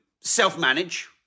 self-manage